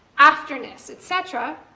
after-ness, et cetera,